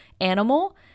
animal